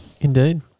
Indeed